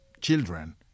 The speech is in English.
children